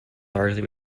largely